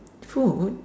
food